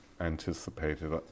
anticipated